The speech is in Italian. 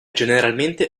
generalmente